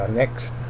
next